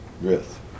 Yes